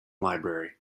library